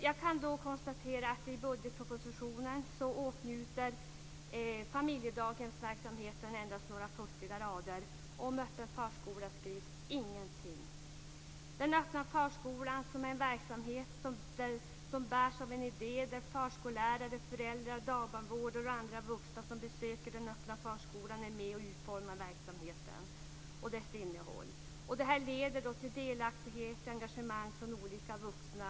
Jag kan konstatera att i budgetpropositionen ägnas familjedaghemsverksamheten endast några futtiga rader, och om öppen förskola skrivs ingenting. Den öppna förskolan bärs av en idé där förskollärare, föräldrar, dagbarnvårdare och andra vuxna som besöker den öppna förskolan är med och utformar verksamheten och dess innehåll. Det leder till delaktighet och engagemang från olika vuxna.